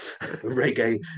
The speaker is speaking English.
reggae